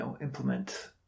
implement